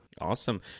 Awesome